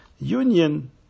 union